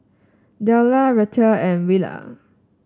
Dahlia Reatha and Willa